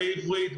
בעברית,